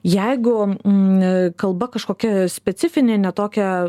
jeigu kalba kažkokia specifinė ne tokia